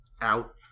out